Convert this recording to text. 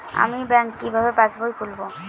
আমি ব্যাঙ্ক কিভাবে পাশবই খুলব?